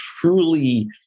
truly